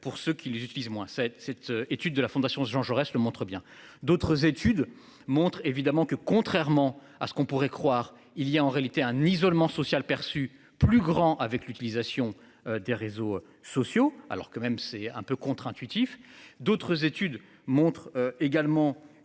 pour ceux qui les utilisent moins cette cette étude de la Fondation Jean-Jaurès le montre bien. D'autres études montrent évidemment que contrairement à ce qu'on pourrait croire, il y a en réalité un isolement social perçu plus grand avec l'utilisation des réseaux sociaux. Alors quand même, c'est un peu contre-intuitif. D'autres études montrent également